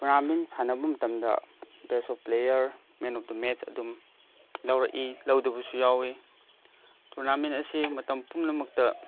tournament ꯁꯥꯟꯅꯕ ꯃꯇꯝꯗ best of player man of the match ꯑꯗꯨꯝ ꯂꯥꯔꯛꯏ ꯂꯧꯗꯕꯁꯨ ꯌꯥꯎꯔꯛꯏ ꯇꯣꯔꯅꯥꯃꯦꯟ ꯑꯁꯤ ꯃꯇꯝ ꯄꯨꯝꯅꯃꯛꯇ